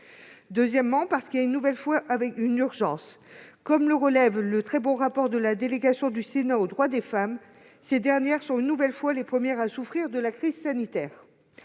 Deuxièmement, il y a une nouvelle fois urgence. Comme le relève le très bon rapport de la délégation aux droits des femmes du Sénat, celles-ci sont une nouvelle fois les premières à souffrir de la crise sanitaire.